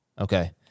Okay